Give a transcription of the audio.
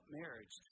marriage